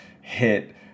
hit